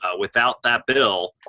ah without that bill,